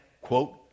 quote